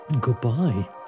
Goodbye